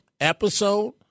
episode